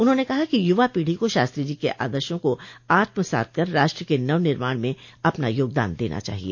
उन्होंने कहा कि यूवा पीढ़ी को शास्त्री जी के आदर्शो को आत्मसात कर राष्ट्र के नव निर्माण में अपना योगदान देना चाहिए